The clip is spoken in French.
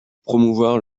promouvoir